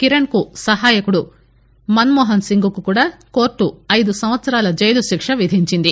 కిరణ్ కు సహాయకుడు మన్మోహన్ సింగ్ కు కూడా కోర్టు ఐదు సంవత్సరాల జైలు శిక్ష విధించింది